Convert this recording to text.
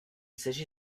s’agit